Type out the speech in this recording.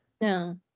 No